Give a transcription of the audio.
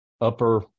upper